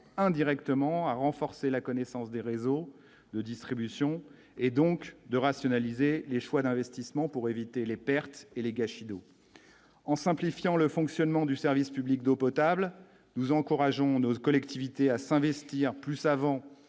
indirectement à renforcer la connaissance des réseaux de distribution et donc de rationaliser les choix d'investissement pour éviter les pertes et les gâchis d'eau en simplifiant le fonctionnement du service public d'eau potable, nous encourageons notre collectivités à s'investir plus avant